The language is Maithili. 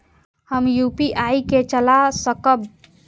हम यू.पी.आई के चला सकब?